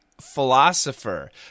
philosopher